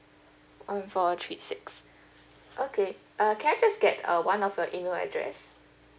um four three six okay uh can I just get uh one of your email address